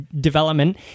development